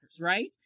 right